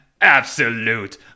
absolute